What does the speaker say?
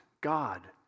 God